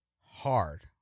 hard